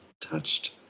touched